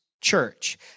church